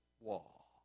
wall